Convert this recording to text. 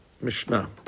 Mishnah